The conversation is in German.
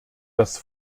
das